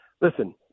listen